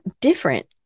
different